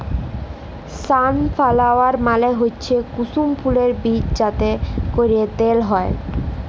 sunflower মালে হচ্যে কুসুম ফুলের বীজ যাতে ক্যরে তেল হ্যয়